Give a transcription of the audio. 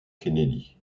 kennedy